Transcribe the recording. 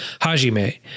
Hajime